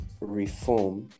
reform